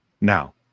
now